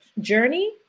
journey